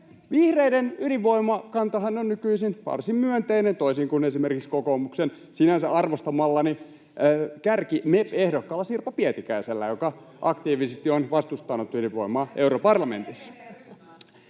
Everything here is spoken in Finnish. Vihreiden ydinvoimakantahan on nykyisin varsin myönteinen, toisin kuin esimerkiksi kokoomuksen sinänsä arvostamallani kärki-MEP-ehdokkaalla Sirpa Pietikäisellä, joka aktiivisesti on vastustanut ydinvoimaa europarlamentissa.